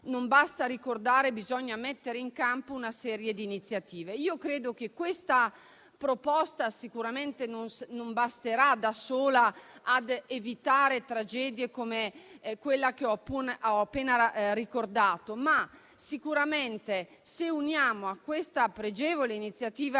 non basta ricordare, ma bisogna mettere in campo una serie di iniziative. Ebbene, credo che questa proposta sicuramente non basterà da sola a evitare tragedie come quella che ho appena ricordato. Ma sicuramente, se uniamo a questa pregevole iniziativa